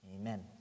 Amen